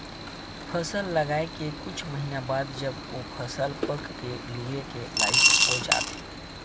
फसल लगाए के कुछ महिना बाद जब ओ फसल पक के लूए के लइक हो जाथे